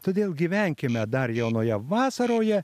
todėl gyvenkime dar jaunoje vasaroje